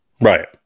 Right